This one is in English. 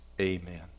amen